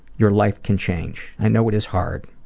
your life can change. i know it is hard.